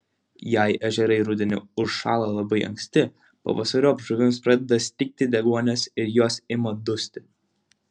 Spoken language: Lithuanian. jei ežerai rudenį užšąla labai anksti pavasariop žuvims pradeda stigti deguonies ir jos ima dusti